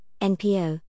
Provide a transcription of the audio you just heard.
NPO